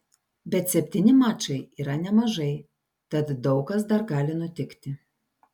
bet septyni mačai yra nemažai tad daug kas dar gali nutikti